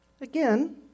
Again